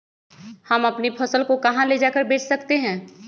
हम अपनी फसल को कहां ले जाकर बेच सकते हैं?